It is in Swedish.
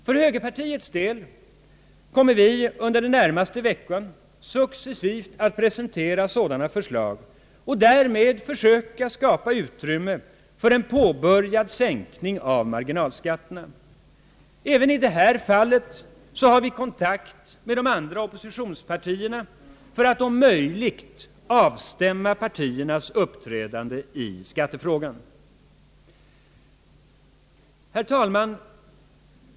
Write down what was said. För högerpartiets del kommer vi under den närmaste veckan successivt att presentera sådana förslag och därmed söka skapa utrymme för en påbörjad sänkning av marginalskatterna. Även i detta fall har vi kontakt med de andra oppositionspartierna för att om möjligt avstämma partiernas uppträdande i skattefrågan. Herr talman!